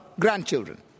grandchildren